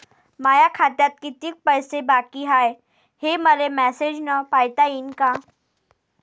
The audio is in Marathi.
माया खात्यात कितीक पैसे बाकी हाय, हे मले मॅसेजन पायता येईन का?